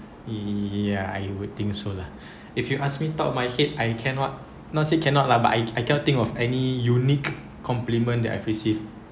ya I would think so lah if you ask me top of my head I cannot not say not cannot lah but I I cannot think of any unique complement that I've received